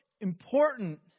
important